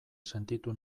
sentitu